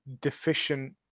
deficient